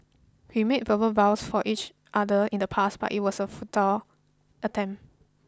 we made verbal vows for each other in the past but it was a futile attempt